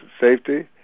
safety